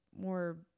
more